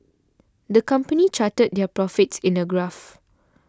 the company charted their profits in a graph